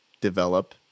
develop